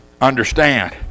understand